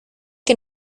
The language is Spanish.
que